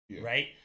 right